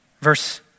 Verse